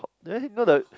there know the